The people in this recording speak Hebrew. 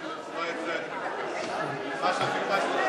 רבותי,